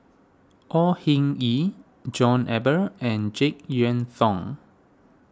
Au Hing Yee John Eber and Jek Yeun Thong